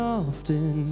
often